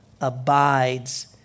abides